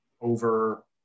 over